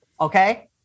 Okay